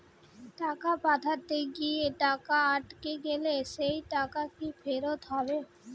টাকা পাঠাতে গিয়ে টাকা আটকে গেলে সেই টাকা কি ফেরত হবে?